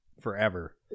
forever